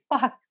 fuck